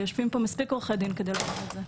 ויושבים פה מספיק עורכי דין כדי לעמוד על זה.